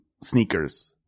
sneakers